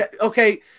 okay